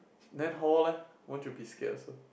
then hall leh won't you be scared also